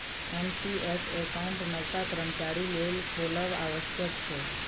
NPS account नबका कर्मचारी लेल खोलब आबश्यक छै